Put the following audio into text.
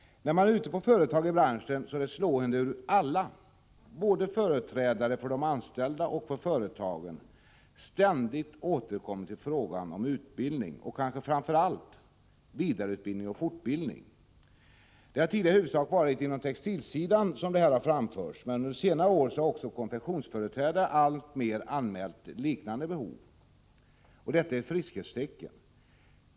När man är ute på företag i branschen är det slående hur alla, både företrädare för de anställda och för företagsledningen, ständigt återkommer till frågan om utbildning och kanske framför allt vidareutbildning och fortbildning. Sådant har tidigare framförts i huvudsak inom textilsidan, men under senare år har också konfektionens företrädare alltmer anmält liknande behov. Detta är ett friskhetstecken.